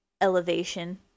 elevation